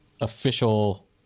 official